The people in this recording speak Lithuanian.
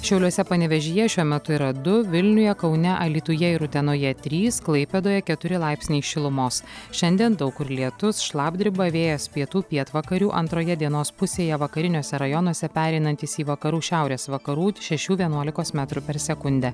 šiauliuose panevėžyje šiuo metu yra du vilniuje kaune alytuje ir utenoje trys klaipėdoje keturi laipsniai šilumos šiandien daug kur lietus šlapdriba vėjas pietų pietvakarių antroje dienos pusėje vakariniuose rajonuose pereinantis į vakarų šiaurės vakarų šešių vienuolikos metrų per sekundę